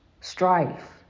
strife